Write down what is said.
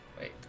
Wait